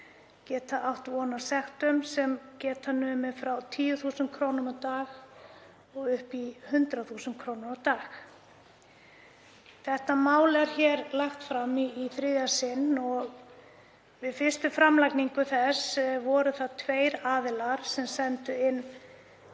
geti átt von á sektum sem geta numið frá 10.000 kr. á dag og upp í 100.000 kr. á dag. Þetta mál er lagt hér fram í þriðja sinn og við fyrstu framlagningu þess voru það tveir aðilar sem sendu inn